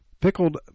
Pickled